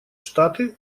штаты